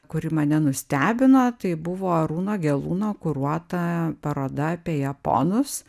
kuri mane nustebino tai buvo arūno gelūno kuruota paroda apie japonus